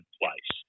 place